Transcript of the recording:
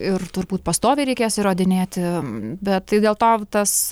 ir turbūt pastoviai reikės įrodinėti bet tai dėl to tas